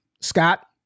Scott